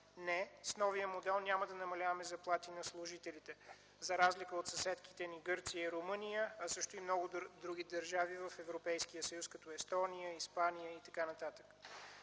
Не, с новия модел няма да намаляваме заплати на служителите, за разлика от съседките ни Гърция и Румъния, а също и много други държави в Европейския съюз като Естония, Испания и т.н.